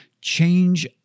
change